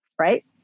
Right